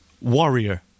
Warrior